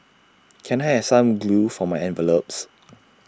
can I have some glue for my envelopes